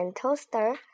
toaster